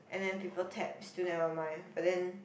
and then people taps still nevermind but then